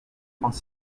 trente